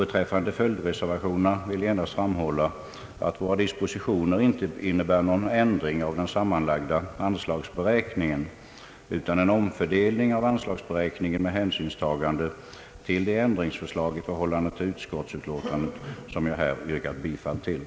Beträffande följdreservationerna vill jag endast framhålla, att våra dispositioner inte innebär någon ändring av den sammanlagda anslagsberäkningen utan en omfördelning av denna med hänsyn till de ändringsförslag i förhållande till utskottsutlåtandet, vilka jag här yrkat bifall till.